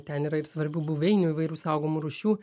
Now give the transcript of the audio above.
ten yra ir svarbių buveinių įvairių saugomų rūšių